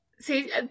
See